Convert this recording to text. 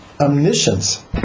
omniscience